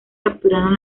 capturaron